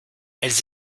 elles